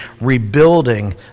rebuilding